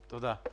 תודה.